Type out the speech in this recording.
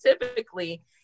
typically